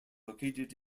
located